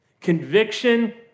Conviction